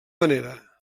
manera